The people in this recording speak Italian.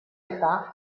età